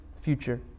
future